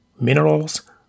minerals